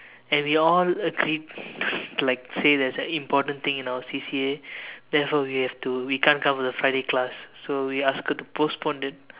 and we all agreed like say there's an important thing in our C_C_A therefore we have to we can't come to the Friday class so we ask her to postpone it